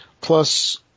plus